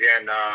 again